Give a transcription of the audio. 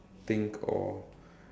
think or